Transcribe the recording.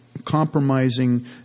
compromising